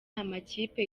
amakipe